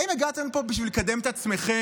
האם הגעתם לפה בשביל לקדם את עצמכם,